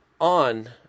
on